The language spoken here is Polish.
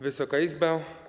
Wysoka Izbo!